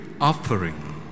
offering